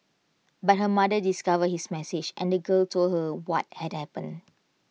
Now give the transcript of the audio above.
but her mother discovered his message and the girl told her what had happened